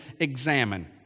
examine